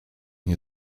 nie